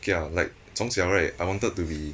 okay lah like 从小 right I wanted to be